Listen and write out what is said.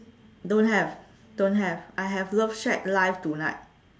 don't have don't have I have love shack live tonight